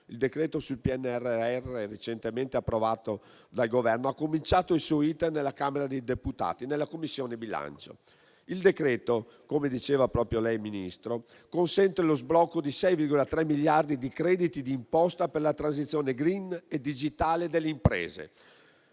n. 19 sul PNRR, recentemente emanato dal Governo, ha cominciato il suo *iter* alla Camera di deputati, nella Commissione bilancio. Il decreto-legge, come diceva proprio lei, Ministro, consente lo sblocco di 6,3 miliardi di euro di crediti d'imposta per la transizione *green* e digitale delle imprese.